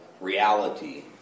reality